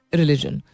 religion